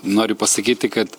noriu pasakyti kad